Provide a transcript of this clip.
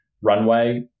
runway